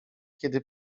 kiedy